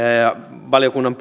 valiokunnan